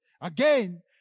Again